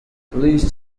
police